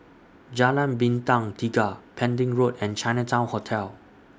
Jalan Bintang Tiga Pending Road and Chinatown Hotel